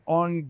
on